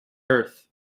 earth